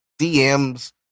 DMs